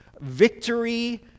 victory